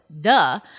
Duh